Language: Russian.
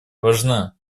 важна